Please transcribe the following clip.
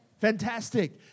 Fantastic